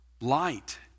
light